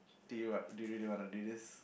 do you what do you really wanna do this